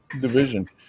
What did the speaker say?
division